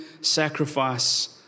sacrifice